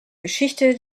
geschichte